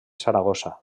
saragossa